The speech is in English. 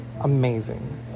amazing